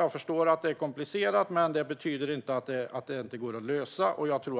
Jag förstår att det är komplicerat. Men det betyder inte att det inte går att lösa.